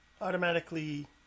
automatically